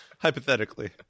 Hypothetically